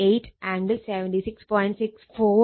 8 angle 76